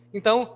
Então